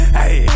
hey